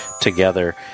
together